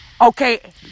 Okay